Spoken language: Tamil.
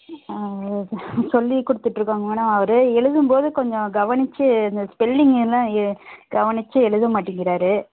சொல்லிக் கொடுத்துட்ருக்கோங்க மேடம் அவர் எழுதும்போது கொஞ்சம் கவனித்து இந்த ஸ்பெல்லிங் எல்லாம் கவனித்து எழுத மாட்டேங்கிறார்